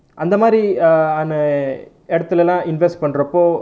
அந்த மாதிரி:antha maathiri err இடத்துலை எல்லாம்:idathulai ellaam invest பண்ணுறப்போ:pannurappo